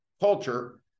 culture